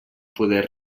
poder